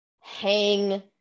hang